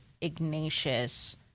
Ignatius